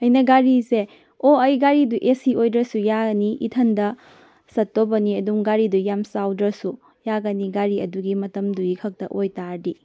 ꯑꯩꯅ ꯒꯥꯔꯤꯁꯦ ꯑꯣ ꯑꯩ ꯒꯥꯔꯤꯗꯣ ꯑꯦ ꯁꯤ ꯑꯣꯏꯗ꯭ꯔꯁꯨ ꯌꯥꯔꯅꯤ ꯏꯊꯟꯇ ꯆꯠꯇꯧꯕꯅꯤ ꯑꯗꯨꯝ ꯒꯥꯔꯤꯗꯣ ꯌꯥꯝ ꯆꯥꯎꯗ꯭ꯔꯁꯨ ꯌꯥꯒꯅꯤ ꯒꯥꯔꯤ ꯑꯗꯨꯒꯤ ꯃꯇꯝꯗꯨꯒꯤ ꯈꯛꯇ ꯑꯣꯏꯇꯥꯔꯗꯤ